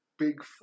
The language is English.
big